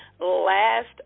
last